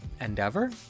Endeavor